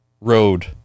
Road